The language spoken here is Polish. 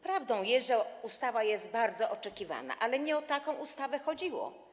Prawdą jest, że ustawa jest bardzo oczekiwana, ale nie o taką ustawę chodziło.